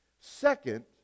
Second